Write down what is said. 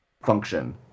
function